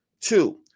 Two